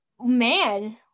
Man